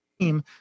team